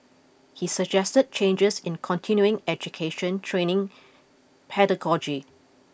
he suggested changes in continuing education training pedagogy